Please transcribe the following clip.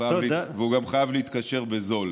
והוא גם חייב להתקשר בזול,